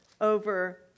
over